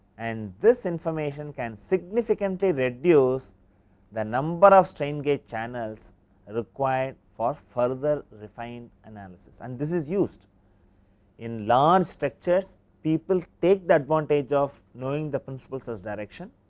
and this information can significantly reduce the number of strain gauge channels required for further refined analysis and this is used in large structures people take the advantage of knowing the principle stress direction,